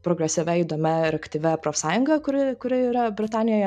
progresyvia įdomia ir aktyvia profsąjunga kuri kuri yra britanijoje